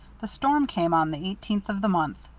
the storm came on the eighteenth of the month.